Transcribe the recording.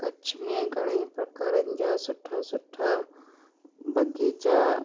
कच्छ में घणेई प्रकारनि जा सुठा सुठा बगीचा